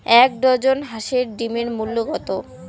এক ডজন হাঁসের ডিমের মূল্য কত?